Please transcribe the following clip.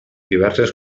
diverses